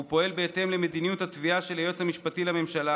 והוא פועל בהתאם למדיניות התביעה של היועץ המשפטי לממשלה